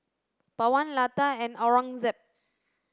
Pawan Lata and Aurangzeb